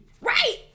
Right